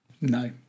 No